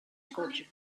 sculpture